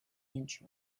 inch